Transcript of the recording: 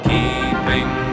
Keeping